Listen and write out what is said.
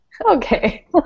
Okay